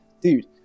dude